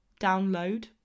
download